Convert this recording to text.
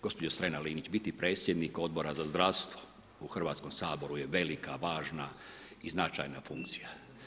Gospođo Strena-Linić biti predsjednik Odbora za zdravstvo u Hrvatskom saboru je velika, važna i značajna funkcija.